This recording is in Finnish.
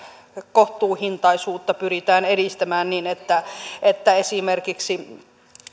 kohtuuhintaisuutta pyritään edistämään niin että että esimerkiksi